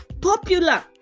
popular